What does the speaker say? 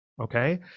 Okay